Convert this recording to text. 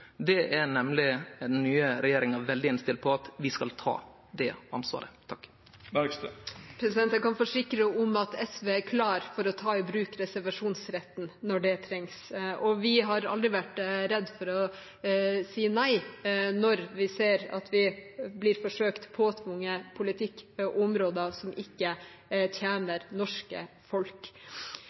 Det er nemleg den nye regjeringa veldig innstilt på, at vi skal ta det ansvaret. Jeg kan forsikre om at SV er klar for å ta i bruk reservasjonsretten når det trengs. Vi har aldri vært redd for å si nei når vi ser at vi blir forsøkt påtvunget politikk på områder som ikke tjener det norske folk.